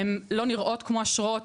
הן לא נראות כמו אשרות,